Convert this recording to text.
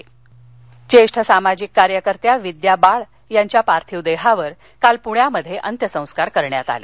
विद्या बाळ निधन ज्येष्ठ सामाजिक कार्यकर्त्या विद्या बाळ यांच्या पार्थिव देहावर काल पृण्यात अंत्यसंस्कार करण्यात आले